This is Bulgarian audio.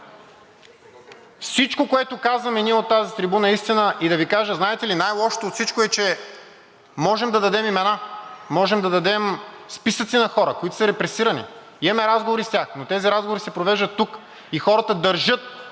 всичко, което казваме ние от тази трибуна, е истина. И да Ви кажа, знаете ли, най-лошото от всичко е, че можем да дадем имена, можем да дадем списъци на хора, които са репресирани. Имаме разговори с тях, но тези разговори се провеждат тук, и хората държат